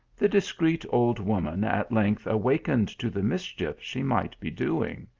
the discreet old woman at length awakened to the mischief she might be doing.